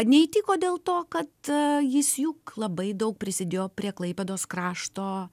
neįtiko dėl to kad jis juk labai daug prisidėjo prie klaipėdos krašto